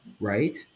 right